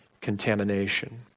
contamination